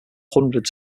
hundreds